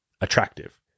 attractive